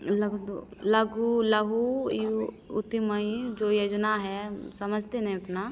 लघु लहू उद्यमी जो योजना है हम समझते नहीं हैं उतना